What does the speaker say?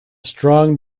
strong